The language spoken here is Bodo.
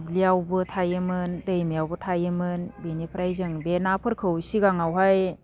दुब्लियावबो थायोमोन दैमायावबो थायोमोन बेनिफ्राय जों बे नाफोरखौ सिगाङावहाय